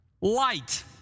Light